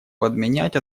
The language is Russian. подменять